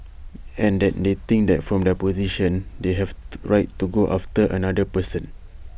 and that they think that from their position they have the right to go after another person